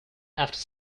after